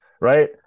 right